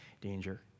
danger